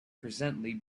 presently